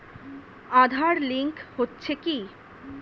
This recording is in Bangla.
আঁধার লিঙ্ক হচ্ছে কি?